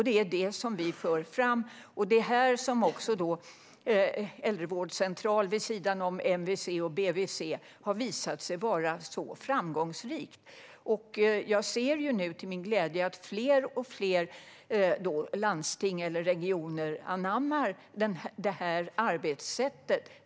Det är det vi för fram, och det är här som äldrevårdscentral vid sidan om MVC och BVC har visat sig vara så framgångsrikt. Jag ser nu till min glädje att fler och fler landsting eller regioner anammar det här arbetssättet.